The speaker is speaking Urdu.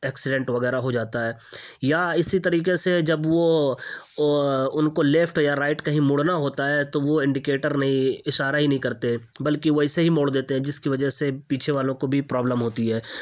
ایکسیڈینٹ وغیرہ ہو جاتا ہے یا اسی طریقے سے جب وہ ان کو لیفٹ یا رائٹ کہیں مڑنا ہوتا ہے تو وہ انڈیکیٹر نہیں اشارہ ہی نہیں کرتے ہیں بلکہ وہ ویسے ہی موڑ دیتے ہیں جس کی وجہ سے پیچھے والوں کو پرابلم ہوتی ہے